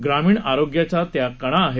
ग्रामीण आरोग्याचा त्या कणा आहेत